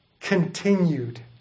continued